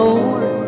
Lord